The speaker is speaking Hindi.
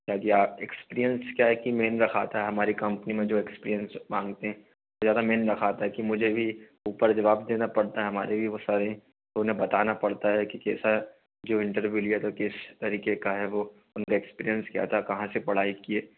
ताकि आप एक्सपीरियंस क्या है कि मैंने रखा था हमारी कंपनी में जो एक्सपीरियंस माँगते हैं कि ज़्यादा मैंने रखा था कि मुझे भी ऊपर जवाब देना पड़ता है हमारे भी वो सर हैं उन्हें बताना पड़ता है कि कैसा जो इंटरव्यू लिया था किस तरीक़े का है वो उनका एक्सपीरियंस क्या था कहाँ से पढ़ाई किए